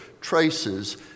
traces